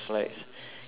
can you talk first